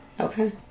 Okay